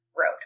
road